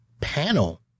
panel